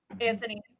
anthony